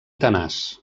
tenaç